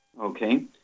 Okay